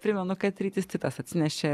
primenu kad rytis titas atsinešė